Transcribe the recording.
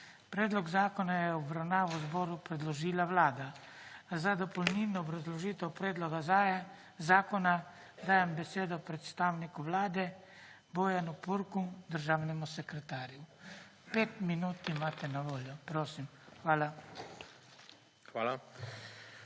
Predlog zakona je v obravnavo zboru predložila Vlada. Za dopolnilno obrazložitev predloga zakona dajem besedo predstavniku Vlade, Bojanu Purgu, državnemu sekretarju. Pet minut imate na voljo. Prosim. Hvala.